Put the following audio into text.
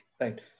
Right